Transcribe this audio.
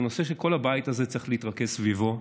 זה נושא שכל הבית הזה צריך להתרכז סביבו.